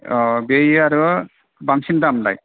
बेयो आरो बांसिन दाम लाइ